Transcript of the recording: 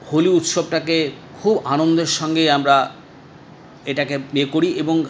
হোলি উৎসবটাকে খুব আনন্দের সঙ্গে আমরা এটাকে ইয়ে করি এবং